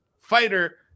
fighter